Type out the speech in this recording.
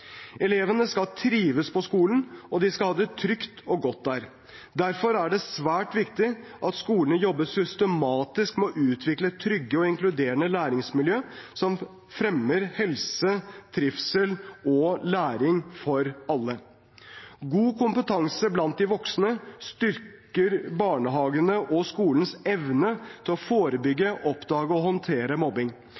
Elevene skal trives på skolen, og de skal ha det trygt og godt der. Derfor det er svært viktig at skolene jobber systematisk med å utvikle trygge og inkluderende læringsmiljø som fremmer helse, trivsel og læring for alle. God kompetanse blant de voksne styrker barnehagenes og skolenes evne til å forebygge,